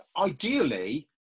ideally